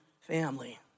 family